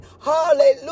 Hallelujah